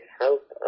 help